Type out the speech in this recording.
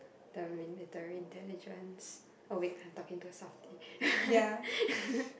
the re~ the intelligence oh wait I'm talking too soft